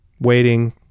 waiting